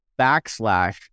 backslash